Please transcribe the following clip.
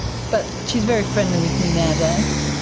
but she's very friendly with me nowadays.